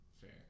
Fair